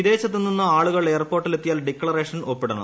വിദേശത്തുനിന്ന് ആളുകൾ എയർപോർട്ടിലെത്തിയാൽ ഡിക്ലറേഷനിൽ ഒപ്പിടണം